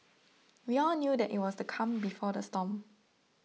we all knew that it was the calm before the storm